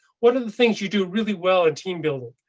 what are the things you do really well in team building?